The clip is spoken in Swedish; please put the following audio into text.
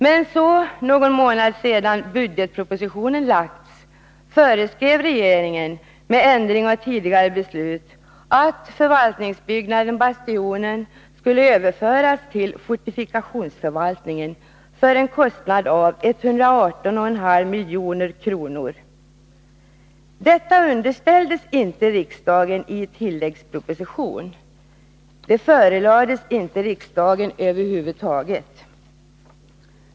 Men någon månad efter det att budgetpropositionen lagts fram föreskrev regeringen, med ändring av tidigare beslut, att förvaltningsbyggnaden Bastionen skulle överföras till fortifikationsförvaltningen till en kostnad av 118,5 milj.kr. Det här underställdes inte riksdagen i tilläggsproposition — det förelades inte riksdagen över huvud taget.